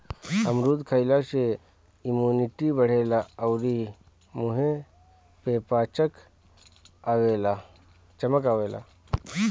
अमरूद खइला से इमुनिटी बढ़ेला अउरी मुंहे पे चमक आवेला